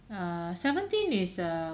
err seventeen is err